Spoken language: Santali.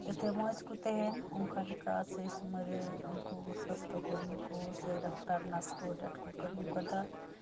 ᱡᱟᱛᱮ ᱢᱚᱸᱡᱽ ᱠᱚ ᱛᱟᱦᱮᱱ ᱚᱱᱠᱟ ᱞᱮᱠᱟ ᱥᱮᱭ ᱥᱚᱢᱚᱭᱨᱮ ᱩᱱᱠᱩ ᱥᱟᱥᱛᱷᱚ ᱠᱚᱨᱢᱤ ᱠᱚ ᱥᱮ ᱰᱟᱠᱛᱟᱨ ᱱᱟᱨᱥ ᱠᱚ ᱟᱹᱰᱤ ᱟᱸᱴ ᱠᱚ ᱠᱟᱹᱢᱤ ᱟᱠᱟᱫᱟ